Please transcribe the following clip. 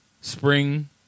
spring